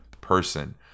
person